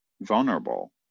vulnerable